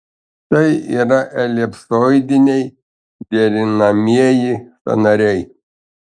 tai yra elipsoidiniai derinamieji sąnariai